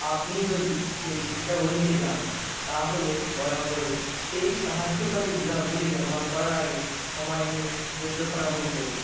আপনি যদি সেই পৃষ্ঠাগুলিতে যান তাহলে দয়া করে সেই সাহায্যকারী বিভাগগুলি ব্যবহার করার আগে সময় নিয়ে নির্দেশনাগুলি পড়ুন